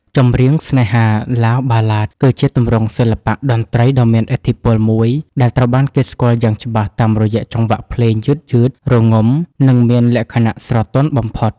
ចម្រៀងស្នេហា (ឡាវ បាឡាដ) គឺជាទម្រង់សិល្បៈតន្ត្រីដ៏មានឥទ្ធិពលមួយ ដែលត្រូវបានគេស្គាល់យ៉ាងច្បាស់តាមរយៈចង្វាក់ភ្លេងយឺតៗ រងំ និងមានលក្ខណៈស្រទន់បំផុត។